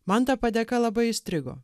man ta padėka labai įstrigo